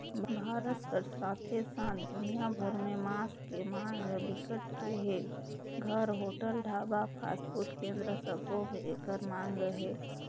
भारत कर साथे साथ दुनिया भर में मांस के मांग ह बिकट के हे, घर, होटल, ढाबा, फास्टफूड केन्द्र सबो में एकर मांग अहे